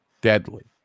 Deadly